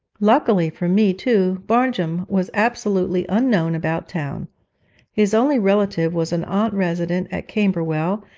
luckily for me, too, barnjum was absolutely unknown about town his only relative was an aunt resident at camberwell,